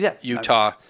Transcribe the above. Utah